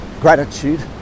gratitude